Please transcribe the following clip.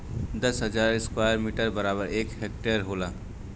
दस हजार square metre बराबर एक हेक्टेयर होला